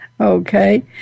Okay